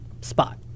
spot